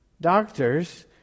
doctors